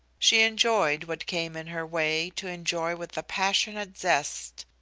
she enjoyed what came in her way to enjoy with a passionate zest,